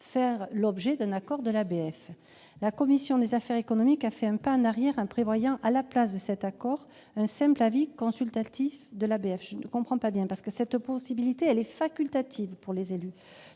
faire l'objet d'un accord de l'ABF. La commission des affaires économiques a fait un pas en arrière en prévoyant, à la place de cet accord, un simple avis consultatif de l'ABF. Je ne comprends pas bien ce raisonnement. En effet, pour les élus,